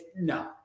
no